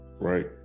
right